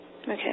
Okay